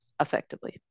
effectively